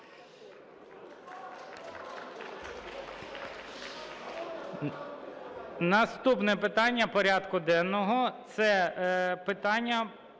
Наступне питання порядку денного - це питання